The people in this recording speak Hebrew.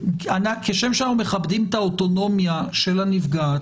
כשם שאנחנו מכבדים את האוטונומיה של הנפגעת,